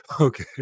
Okay